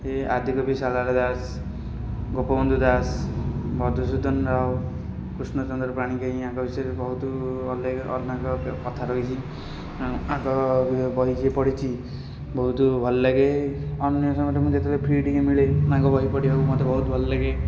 ସିଏ ଆଦିକବି ସାରଳା ଦାସ ଗୋପବନ୍ଧୁ ଦାସ ମଧୁସୂଦନ ରାଓ କୃଷ୍ଣଚନ୍ଦ୍ର ପ୍ରାଣିଗ୍ରାହି ଆଙ୍କ ବିଷୟରେ ଅଲେଖ ଅନେକ କଥା ରହିଛି ଉଁ ଆଙ୍କ ବହି ଯିଏ ପଢ଼ିଛି ବହୁତ ଭଲଲାଗେ ଅନ୍ୟ ସମୟରେ ମୁଁ ଯେତେବେଳେ ଫ୍ରି ଟିକିଏ ମିଳେ ତାଙ୍କ ବହି ପଢ଼ିବାକୁ ମୋତେ ବହୁତ ଭଲଲାଗେ